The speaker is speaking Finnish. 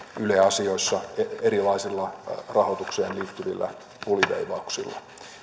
yle asioissa erilaisilla rahoitukseen liittyvillä puliveivauksilla